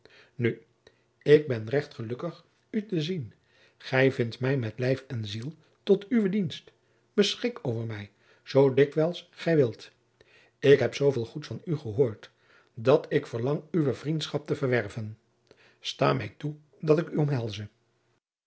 nu ik ben recht gelukkig u te zien gij vindt mij met lijf en ziel tot uwe dienst beschik over mij zoo dikwijls gij wilt ik heb zooveel goeds van u gehoord dat ik verlang uwe vriendschap te verwerven sta mij toe dat ik u